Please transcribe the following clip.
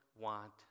want